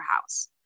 house